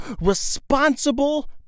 responsible